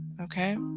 Okay